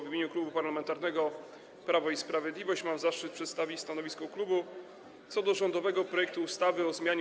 W imieniu Klubu Parlamentarnego Prawo i Sprawiedliwość mam zaszczyt przedstawić stanowisko klubu co do rządowego projektu ustawy o zmianie